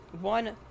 One